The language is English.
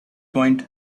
point